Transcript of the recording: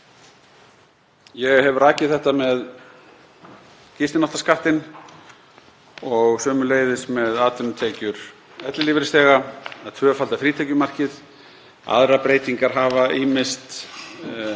Ég hef rakið þetta með gistináttaskattinn og sömuleiðis með atvinnutekjur ellilífeyrisþega, að tvöfalda frítekjumarkið. Aðrar breytingar hafa ýmist áhrif